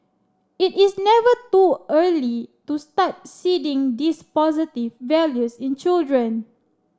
it is never too early to start seeding these positive values in children